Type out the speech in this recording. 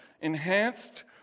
enhanced